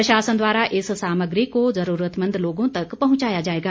प्रशासन द्वारा इस सामग्री को ज़रूरतमंद लोगों तक पहुंचाया जाएगा